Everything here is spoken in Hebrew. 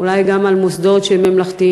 אולי גם על מוסדות שהם ממלכתיים,